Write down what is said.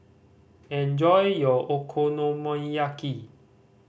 enjoy your Okonomiyaki